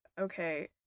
okay